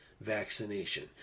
vaccination